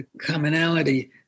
commonality